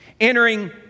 entering